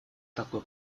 такой